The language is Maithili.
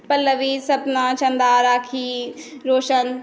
पल्ल्वी सपना चन्दा राखी रौशन